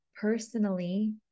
personally